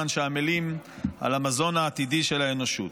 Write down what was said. שעמלים על המזון העתידי של האנושות.